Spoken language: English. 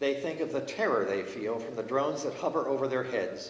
they think of the terror they feel the drones that hover over their heads